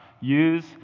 Use